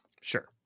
Sure